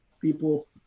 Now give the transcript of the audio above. people